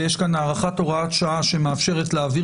ויש כאן הארכת הוראת שעה שמאפשרת להעביר